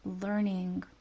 learning